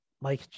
Mike